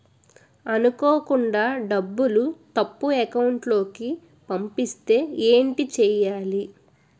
అనుకోకుండా డబ్బులు తప్పు అకౌంట్ కి పంపిస్తే ఏంటి చెయ్యాలి?